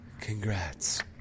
congrats